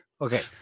okay